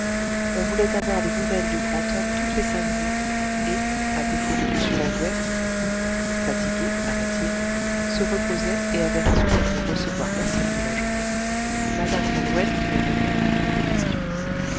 on voulait avoir des nouvelles du grand homme toutes les cinq minutes et à défaut de m lalouette qui fatigué paraît-il se reposait et avait résolu de ne recevoir personne de la journée mme lalouette devait répondre à toutes les questions